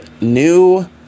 new